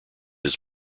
his